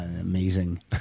amazing